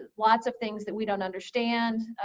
lots of things that we don't understand.